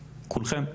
מכולכם.